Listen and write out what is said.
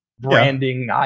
branding